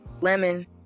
lemon